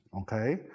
okay